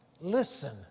listen